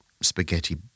spaghetti